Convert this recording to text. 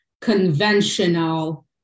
conventional